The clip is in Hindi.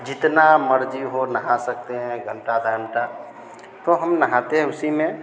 जितना मर्ज़ी हो नहा सकते हैं घंटा आधा घंटा तो हम नहाते हैं उसी में